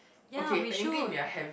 ya we should